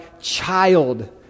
child